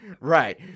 right